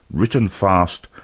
written fast,